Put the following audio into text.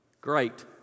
Great